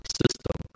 system